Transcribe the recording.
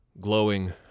glowing